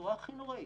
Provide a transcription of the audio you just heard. בצורה הכי נוראית.